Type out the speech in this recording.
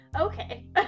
okay